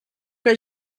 que